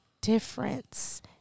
difference